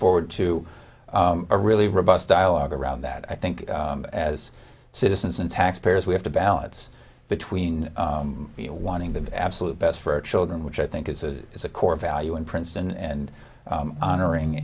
forward to a really robust dialogue around that i think as citizens and taxpayers we have to balance between wanting the absolute best for our children which i think it's a is a core value in princeton and honoring